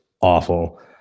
awful